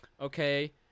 okay